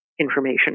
information